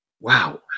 Wow